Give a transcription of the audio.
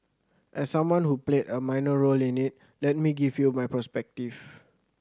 as someone who played a minor role in it let me give you my perspective